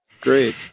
Great